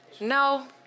No